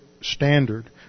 standard